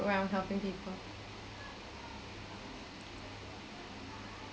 around helping people